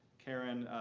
karen